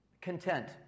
Content